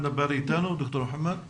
ד"ר מוחמד נבארי